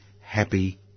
happy